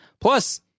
Plus